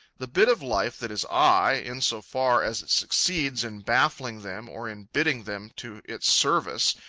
the bit of life that is i, in so far as it succeeds in baffling them or in bitting them to its service,